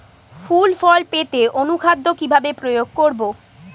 ফুল ফল পেতে অনুখাদ্য কিভাবে প্রয়োগ করব?